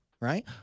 right